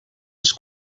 ens